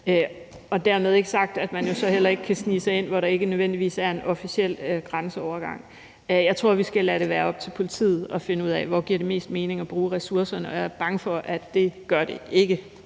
er heller ikke sådan, at man så ikke kan snige sig ind der, hvor der ikke nødvendigvis er en officiel grænseovergang. Jeg tror, vi skal lade det være op til politiet at finde ud af, hvor det giver mest mening at bruge ressourcerne, og jeg er bange for, at det her ikke